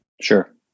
Sure